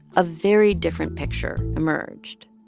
a very different picture emerged